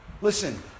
Listen